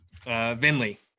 Vinley